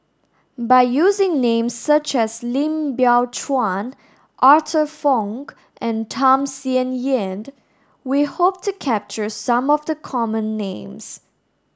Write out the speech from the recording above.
by using names such as Lim Biow Chuan Arthur Fong and Tham Sien Yen tge we hope to capture some of the common names